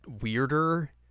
weirder